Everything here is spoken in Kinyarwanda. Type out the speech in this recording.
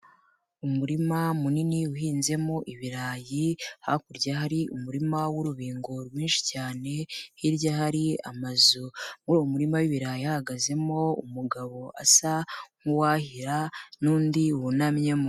Umurima munini uhinzemo ibirayi, hakurya hari umurima w'urubingo rwinshi cyane, hirya hari amazu, muri uwo murima w'ibirayi hahagazemo umugabo asa nk'uwahira n'undi wunamyemo.